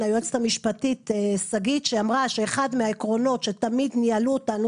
היועצת המשפטית שגית שאמרה ש"אחד מהעקרונות שתמיד ניהלו אותנו,